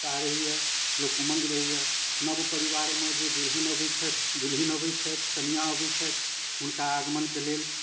उत्साह रहैए लोक उमङ्ग रहैए नव परिवारमे जे दुलहिन अबै छथि दुलहिन अबै छथि कनिआ अबै छथि हुनका आगमनके लेल